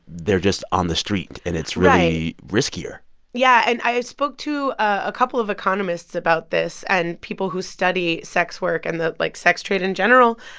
they're just on the street. and it's really. right. riskier yeah. and i spoke to a couple of economists about this and people who study sex work and the, like, sex trade in general.